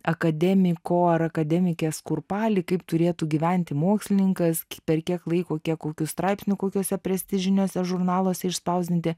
akademiko ar akademikės kurpalį kaip turėtų gyventi mokslininkas per kiek laiko kiek kokių straipsnių kokiuose prestižiniuose žurnaluose išspausdinti